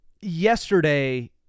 yesterday